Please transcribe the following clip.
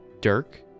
Dirk